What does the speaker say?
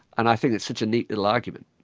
and i think it's such a neat little argument,